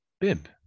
Bib